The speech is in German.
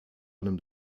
allem